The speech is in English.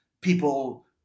people